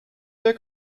der